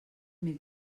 mil